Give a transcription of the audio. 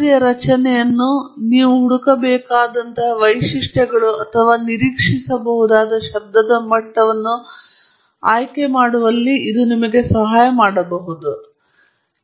ಮಾದರಿಯ ರಚನೆಯನ್ನು ನೀವು ಹುಡುಕಬೇಕಾದಂತಹ ವೈಶಿಷ್ಟ್ಯಗಳು ಅಥವಾ ನೀವು ನಿರೀಕ್ಷಿಸಬಹುದಾದ ಶಬ್ದದ ಮಟ್ಟವನ್ನು ಆಯ್ಕೆ ಮಾಡುವಲ್ಲಿ ಇದು ನಿಮಗೆ ಸಹಾಯ ಮಾಡಬಹುದು